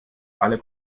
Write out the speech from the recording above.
alle